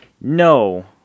No